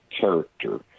character